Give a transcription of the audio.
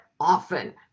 often